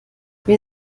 wir